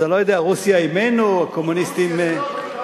אבל רוסיה לא קומוניסטית.